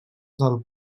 del